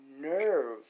nerve